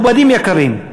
מכובדים יקרים,